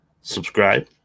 subscribe